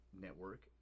network